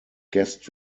guest